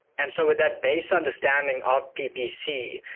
and so, would that base understanding of ppc,